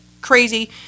crazy